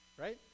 Right